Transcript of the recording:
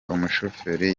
umushoferi